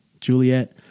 Juliet